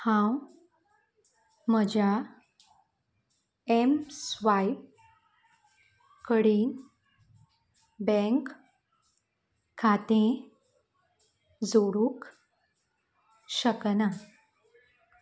हांव म्हज्या एमस्वायप कडेन बँक खातें जोडूंक शकना